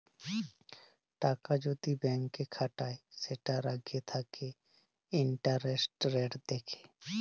টাকা যদি ব্যাংকে খাটায় সেটার আগে থাকে ইন্টারেস্ট রেট দেখে